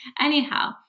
anyhow